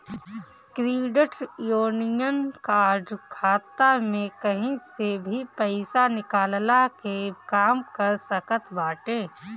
credit union card खाता में कही से भी पईसा निकलला के काम कर सकत बाटे